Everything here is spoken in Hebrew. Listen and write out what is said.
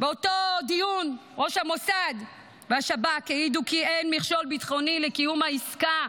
באותו דיון ראשי המוסד והשב"כ העידו כי אין מכשול ביטחוני לקיום העסקה.